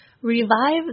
revive